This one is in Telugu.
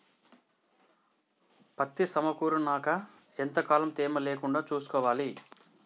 పత్తి సమకూరినాక ఎంత కాలం తేమ లేకుండా చూసుకోవాలి?